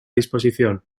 disposición